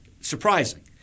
surprising